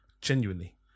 Genuinely